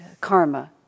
karma